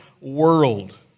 world